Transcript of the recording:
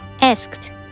asked